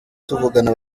tuvugana